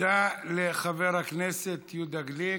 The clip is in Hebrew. תודה לחבר הכנסת יהודה גליק.